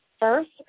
First